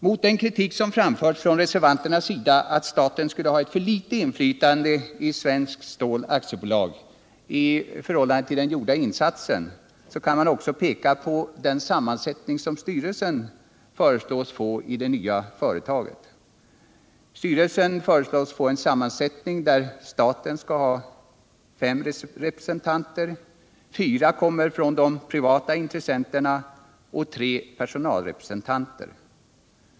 Mot den kritik som framförts från reservanternas sida, att staten skulle ha ett för litet inflytande i Svenskt Stål AB i förhållande till den gjorda insatsen, kan man också peka på den sammansättning som styrelsen i det nya företaget föreslås få. I styrelsen föreslås staten ha fem representanter, de privata intressenterna fyra och personalen tre representanter.